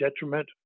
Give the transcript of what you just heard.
detriment